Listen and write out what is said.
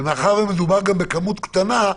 ומאחר ומדובר גם בכמות קטנה,